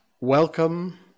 Welcome